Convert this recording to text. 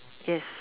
yes